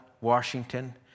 Washington